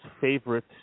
favorite